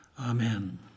Amen